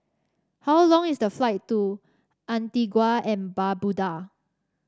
how long is the flight to Antigua and Barbuda